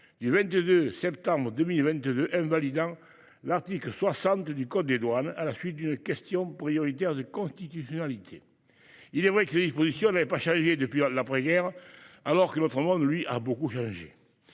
du 22 septembre 2022 invalidant l’article 60 du code des douanes, à la suite d’une question prioritaire de constitutionnalité. Il est vrai que ces dispositions n’avaient pas changé depuis l’après guerre, alors que notre monde, lui, a beaucoup changé